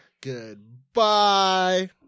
goodbye